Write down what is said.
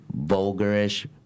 vulgarish